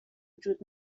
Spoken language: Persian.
وجود